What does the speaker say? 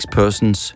persons